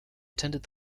attended